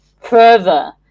further